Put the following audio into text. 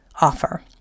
offer